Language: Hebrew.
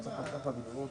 אנחנו פותחים את הישיבה.